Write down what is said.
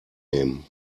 nehmen